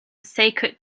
sacred